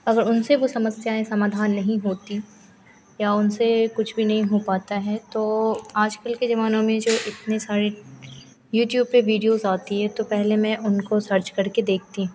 अगर उनसे वो समस्याएँ समाधान नहीं होतीं या उनसे कुछ भी नहीं हो पाता है तो आजकल के जमाने में जो इतने सारे यूट्यूब पर वीडियोज़ आते हैं तो पहले मैं उनको सर्च करके देखती हूँ